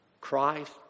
Christ